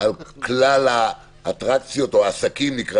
כלל האטרקציות או העסקים.